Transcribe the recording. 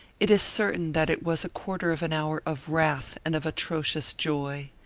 it is certain that it was a quarter of an hour of wrath and of atrocious joy.